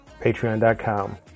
Patreon.com